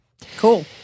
Cool